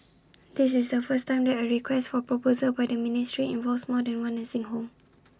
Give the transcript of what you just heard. this is the first time that A request for proposal by the ministry involves more than one nursing home